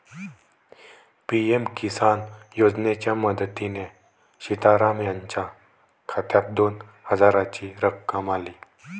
PM Kisan योजनेच्या मदतीने सीताराम यांच्या खात्यात दोन हजारांची रक्कम आली